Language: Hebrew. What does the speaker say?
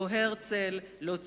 לא הרצל, לא ציונות,